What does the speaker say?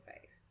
face